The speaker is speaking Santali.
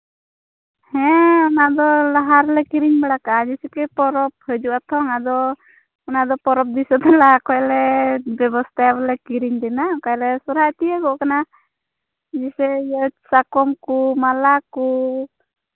ᱦᱮᱸ ᱚᱱᱟ ᱫᱚ ᱞᱟᱦᱟ ᱨᱮᱞᱮ ᱠᱤᱨᱤᱧ ᱵᱟᱲᱟ ᱠᱟᱜᱼᱟ ᱡᱮᱭᱥᱮ ᱠᱤ ᱯᱚᱨᱚᱵᱽ ᱦᱤᱡᱩᱜᱼᱟ ᱛᱚ ᱟᱫᱚ ᱚᱱᱟ ᱫᱚ ᱯᱚᱨᱚᱵᱽ ᱫᱤᱥᱟᱹᱛᱮ ᱞᱟᱦᱟ ᱠᱷᱚᱱ ᱞᱮ ᱵᱮᱵᱚᱥᱛᱷᱟᱭᱟ ᱵᱚᱞᱮ ᱠᱤᱨᱤᱧ ᱡᱚᱝᱼᱟ ᱚᱝᱠᱟᱭᱟᱞᱮ ᱥᱚᱨᱦᱟᱭ ᱛᱤᱭᱟᱹᱜᱚᱜ ᱠᱟᱱᱟ ᱡᱮᱭᱥᱮ ᱤᱭᱟᱹ ᱥᱟᱠᱚᱢ ᱠᱚ ᱢᱟᱞᱟ ᱠᱚ